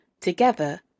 Together